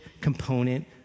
component